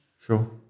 Sure